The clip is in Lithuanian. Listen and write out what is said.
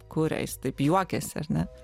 kuria jis taip juokiasi ar ne